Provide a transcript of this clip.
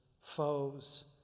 foes